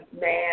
man